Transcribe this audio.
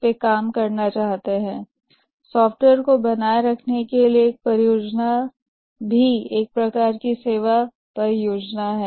एक प्रोजेक्ट जो सॉफ्टवेयर को बनाए रखने के लिए आवश्यक है यह भी एक प्रकार की सेवा परियोजना है